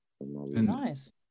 Nice